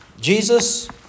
Jesus